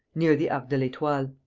near the arc de l'etoile.